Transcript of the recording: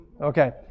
Okay